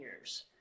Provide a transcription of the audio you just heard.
years